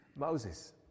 Moses